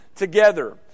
together